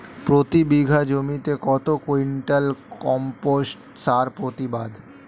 প্রতি বিঘা জমিতে কত কুইন্টাল কম্পোস্ট সার প্রতিবাদ?